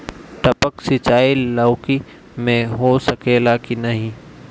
टपक सिंचाई लौकी में हो सकेला की नाही?